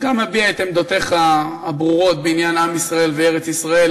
גם מביע את עמדותיך הברורות בעניין עם ישראל וארץ-ישראל,